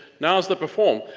now is the perform.